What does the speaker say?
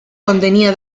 contenía